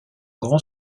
grand